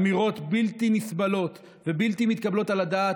אמירות בלתי נסבלות ובלתי מתקבלות על הדעת.